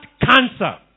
cancer